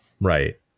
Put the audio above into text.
right